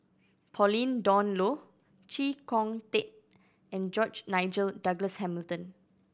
Pauline Dawn Loh Chee Kong Tet and George Nigel Douglas Hamilton